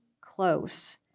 close